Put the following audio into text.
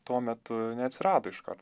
tuo metu neatsirado iškart